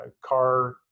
car